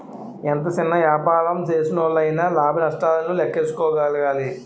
ఎంత సిన్న యాపారం సేసినోల్లయినా లాభ నష్టాలను లేక్కేసుకోగలగాలి